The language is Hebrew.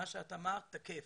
מה שאת אמרת תקף.